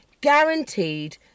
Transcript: guaranteed